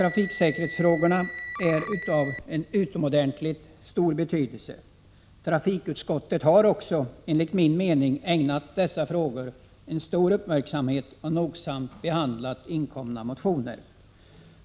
Trafiksäkerhetsfrågorna är av utomordentligt stor betydelse. Trafikutskottet har också enligt min mening ägnat dessa frågor stor uppmärksamhet och nogsamt behandlat inkomna motioner.